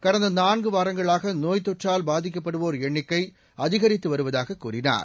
கடந்த நான்கு வாரங்களாக நோய்த் தொற்றால் பாதிக்கப்படுவோர் எண்ணிக்கை அதிகரித்து வருவதாக கூறினார்